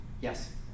Yes